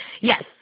Yes